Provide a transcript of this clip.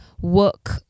work